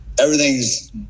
everything's